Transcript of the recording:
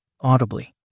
audibly